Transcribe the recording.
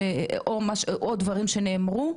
או דברים שנאמרו,